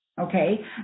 okay